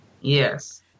Yes